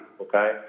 Okay